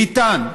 ביטן,